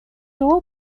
его